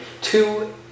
two